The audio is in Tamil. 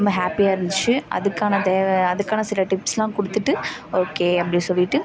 ரொம்ப ஹாப்பியாக இருந்துச்சி அதுக்கான தேவை அதுக்கான சில டிப்ஸ்லாம் கொடுத்துட்டு ஓகே அப்படி சொல்லிட்டு